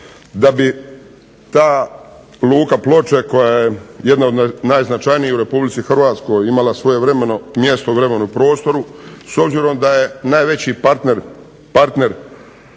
da bi ta luka Ploče koja je jedna od najznačajnijih u Republici Hrvatskoj imala svojevremeno mjesto u vremenu i prostoru, s obzirom da je najveći partner